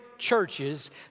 churches